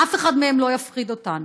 אף אחד מהם לא יפחיד אותנו.